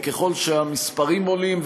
וככל שהמספרים עולים,